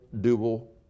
dual